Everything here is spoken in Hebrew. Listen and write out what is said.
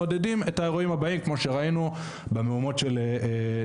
מעודדים את האירועים הבאים כמו שראינו במהומות של נגד